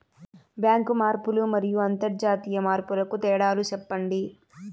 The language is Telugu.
బ్యాంకు మార్పులు మరియు అంతర్జాతీయ మార్పుల కు తేడాలు సెప్పండి?